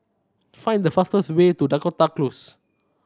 find the fastest way to Dakota Close